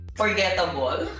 forgettable